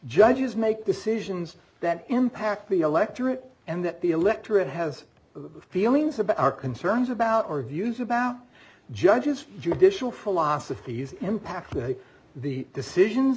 judges make decisions that impact the electorate and that the electorate has the feelings about our concerns about our views about judges judicial philosophy is impact the decisions